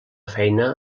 feina